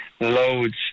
loads